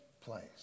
place